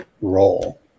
role